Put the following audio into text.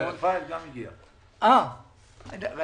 היה איזשהו שיפוי של משרד האוצר,